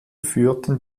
führten